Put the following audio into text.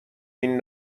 این